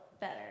better